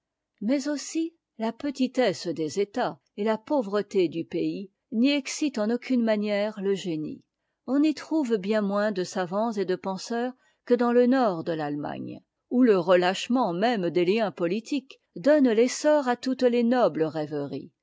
mais aussi la petitesse des états et la pauvreté du pays n'y excitent en aucune manière le génie on y trouve bien moins de savants et de penseurs que dans le nord de l'allemagne où le relâchement même des liens politiques donne l'essor à toutes les nobles rêveries